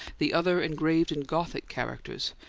the other engraved in gothic characters,